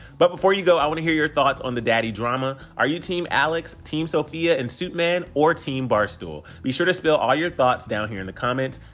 but before you go, i wanna hear your thoughts on the daddy drama are you team alex, team sofia and suitman or team barstool? be sure to spill all your thoughts down here in the comments.